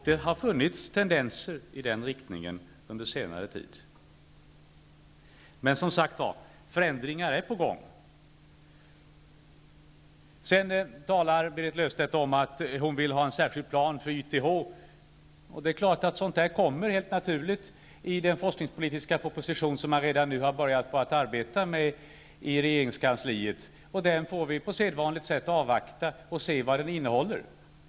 Det har funnits tendenser i den riktningen under senare tid. Som sagt är förändringar på gång. Berit Löfstedt säger att hon vill ha en särskild plan för YTH. En sådan kommer helt naturligt att presenteras i den forskningspolitiska propositionen, som man redan har börjat att arbeta med i regeringskansliet. Den får vi på sedvanligt avvakta och se vad den innehåller.